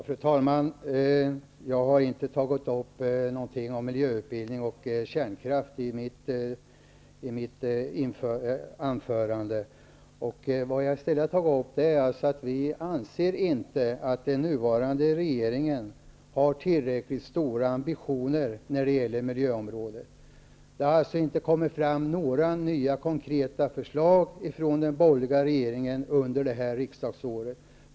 Fru talman! Jag har inte tagit upp något om miljöutbildning och kärnkraft i mitt anförande. Jag tog i stället upp att vi inte anser att den nuvarande regeringen har tillräckligt stora ambitioner på miljöområdet. Det har inte kommit fram några nya konkreta förslag från den borgerliga regeringen under det här riksdagsåret.